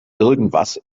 irgendwas